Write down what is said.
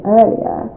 earlier